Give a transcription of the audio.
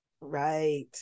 Right